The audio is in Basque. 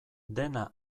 dena